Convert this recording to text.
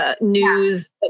news